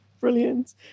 Brilliant